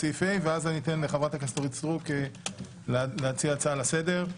ואז אני אתן לחברת הכנסת אורית סטרוק להציע הצעה לסדר.